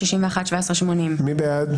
16,761 עד 16,780. מי בעד?